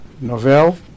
novel